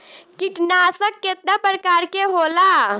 कीटनाशक केतना प्रकार के होला?